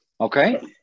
Okay